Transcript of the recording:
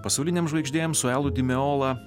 pasaulinėm žvaigždėm su elu dimeola